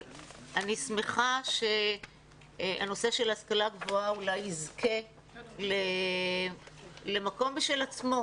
אני שמחה שהנושא של השכלה גבוהה אולי יזכה למקום משל עצמו.